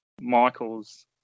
Michaels